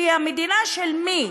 המדינה של מי?